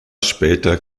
später